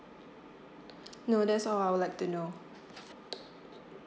no that's all I would like to know